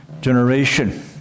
generation